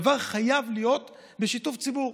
הדבר חייב להיות בשיתוף הציבור.